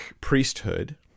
priesthood